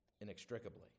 inextricably